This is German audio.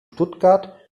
stuttgart